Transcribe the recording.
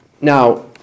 Now